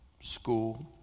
school